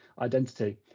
identity